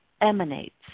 emanates